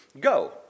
go